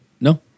no